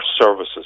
services